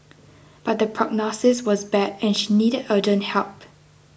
but the prognosis was bad and she needed urgent help